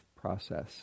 process